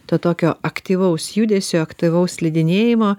to tokio aktyvaus judesio aktyvaus slidinėjimo